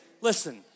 listen